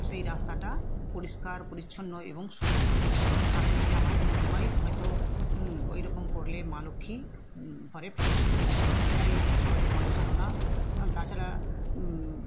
সেই রাস্তাটা পরিষ্কার পরিচ্ছন্ন এবং শুভ হয় তাতে করে আমাদের মনে হয় হয়তো ওইরকম করলে মা লক্ষ্মী ঘরে প্রবেশ করবেন এটাই সবারই মনে ধারণা তাছাড়া